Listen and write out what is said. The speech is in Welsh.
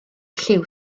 lliw